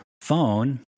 phone